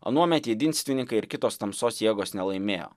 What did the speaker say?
anuomet jedinstvininkai ir kitos tamsos jėgos nelaimėjo